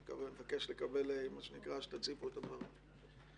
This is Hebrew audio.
אני מבקש שתציפו את הדברים.